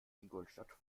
ingolstadt